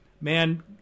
man